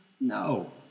No